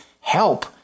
help